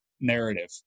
narrative